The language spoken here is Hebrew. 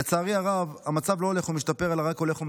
לצערי הרב המצב לא הולך ומשתפר אלא רק הולך ומחמיר.